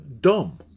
dumb